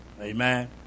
Amen